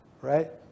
right